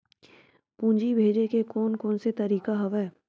पूंजी भेजे के कोन कोन से तरीका हवय?